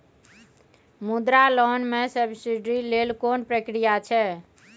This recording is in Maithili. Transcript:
मुद्रा लोन म सब्सिडी लेल कोन प्रक्रिया छै?